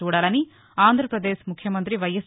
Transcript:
చూడాలని ఆంధ్రప్రదేశ్ ముఖ్యమంతి వైఎస్